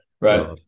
right